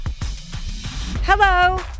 Hello